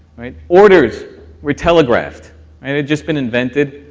right? orders were telegraphed, it had just been invented,